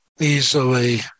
easily